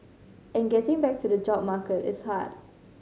and getting back to the job market is hard